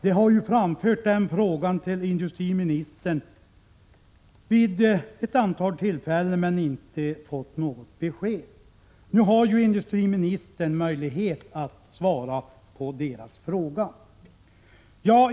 De har framfört den frågan till industriministern vid ett antal tillfällen men inte fått något besked. Nu har ju industriministern möjlighet att svara på deras fråga.